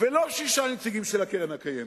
ולא שישה נציגים של הקרן הקיימת.